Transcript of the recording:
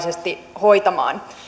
pystytty asianmukaisesti hoitamaan